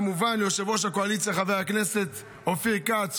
כמובן, ליושב-ראש הקואליציה, חבר הכנסת אופיר כץ.